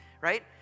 right